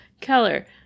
Keller